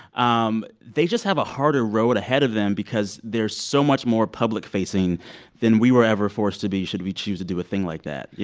um they just have a harder road ahead of them because they're so much more public-facing than we were ever forced to be, should we choose to do a thing like that. you